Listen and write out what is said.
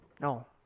No